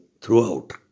throughout